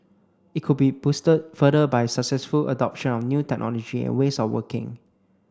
it could be boosted further by successful adoption of new technology and ways of working